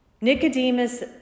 Nicodemus